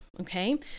okay